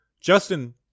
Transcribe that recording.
Justin